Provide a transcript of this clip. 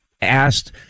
asked